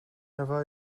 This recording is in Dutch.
ervaar